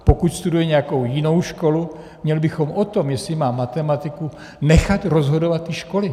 Pokud studuje nějakou jinou školu, měli bychom o tom, jestli má matematiku, nechat rozhodovat ty školy.